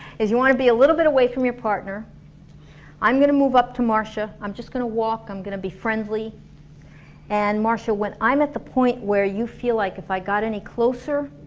is you wanna be a little bit away from your partner i'm gonna move up to marsha, i'm just gonna walk. i'm gonna be friendly and marsha, when i'm at the point where you feel like if i got any closer,